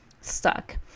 stuck